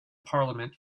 parliament